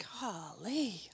Golly